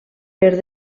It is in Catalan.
per